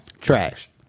Trash